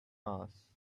mass